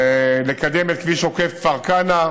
לקדם את כביש עוקף כפר כנא,